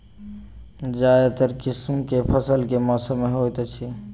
ज्यादातर किसिम केँ फसल केँ मौसम मे होइत अछि?